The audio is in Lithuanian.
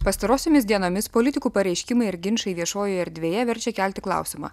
pastarosiomis dienomis politikų pareiškimai ir ginčai viešojoje erdvėje verčia kelti klausimą